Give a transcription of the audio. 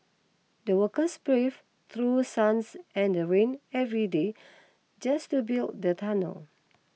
the workers brave through sun and rain every day just to build the tunnel